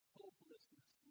hopelessness